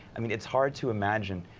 i mean it's hard to imagine